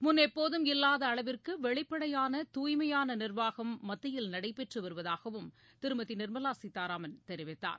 முன் எப்போதும் இல்லாத அளவிற்கு வெளிப்படையான தூய்மையான நீர்வாகம் மத்தியில் நடைபெற்றுவருவதாகவும் திருமதி நிர்மலா சீதாராமன் தெரிவித்தார்